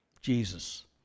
Jesus